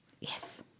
Yes